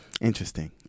interesting